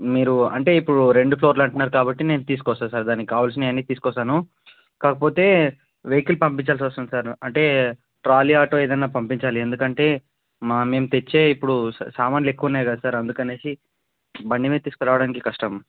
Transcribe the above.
మీరు అంటే ఇప్పుడు రెండు ఫ్లోర్లు అంటున్నారు కాబట్టి నేను తీసుకొస్తాను సార్ దానికి కావాల్సినవి అన్నీ తీసుకొస్తాను కాకపోతే వెహికల్ పంపించాల్సి వస్తుంది సార్ అంటే ట్రాలీ ఆటో ఏదన్న పంపించాలి ఎందుకంటే మా మేము తెచ్చే ఇప్పుడు సా సామాన్లు ఎక్కువ ఉన్నయి కదా సార్ అందుకని బండి మీద తీసుకురావడానికి కష్టం